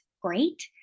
great